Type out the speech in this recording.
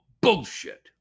bullshit